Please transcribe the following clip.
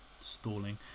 stalling